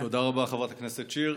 תודה רבה, חברת הכנסת שיר.